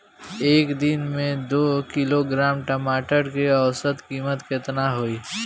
एक दिन में दो किलोग्राम टमाटर के औसत कीमत केतना होइ?